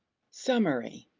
summary.